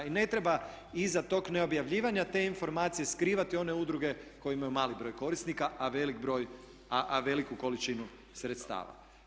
I ne treba iza tog neobjavljivanja te informacije skrivati one udruge koje imaju mali broj korisnika a veliku količinu sredstava.